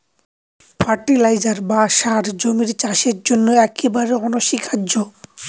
fertiliser বা সার জমির চাষের জন্য একেবারে অনস্বীকার্য